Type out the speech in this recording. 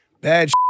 bad